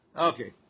Okay